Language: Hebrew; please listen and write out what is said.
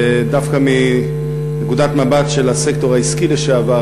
דווקא מנקודת מבט של איש הסקטור העסקי לשעבר